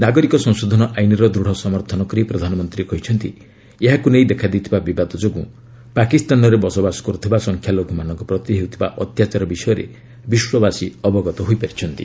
ନାଗରିକ ସଂଶେଶଧନ ଆଇନର ଦୃଢ଼ ସମର୍ଥନ କରି ପ୍ରଧାନମନ୍ତ୍ରୀ କହିଛନ୍ତି ଏହାକୁ ନେଇ ଦେଖାଦେଇଥିବା ବିବାଦ ଯୋଗୁଁ ପାକିସ୍ତାନରେ ବସବାସ କରୁଥିବା ସଂଖ୍ୟାଲଘୁମାନଙ୍କ ପ୍ରତି ହେଉଥିବା ଅତ୍ୟାଚାର ବିଷୟରେ ବିଶ୍ୱବାସୀ ଅବଗତ ହୋଇପାରିଛନ୍ତି